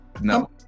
no